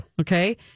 Okay